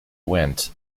went